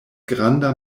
granda